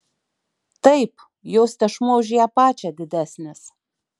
taip jos tešmuo už ją pačią didesnis